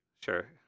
Sure